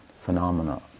phenomena